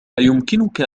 أيمكنك